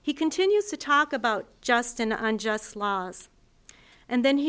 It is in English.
he continues to talk about just an unjust law and then he